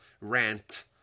rant